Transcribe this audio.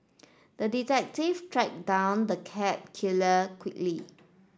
the detective tracked down the cat killer quickly